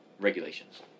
regulations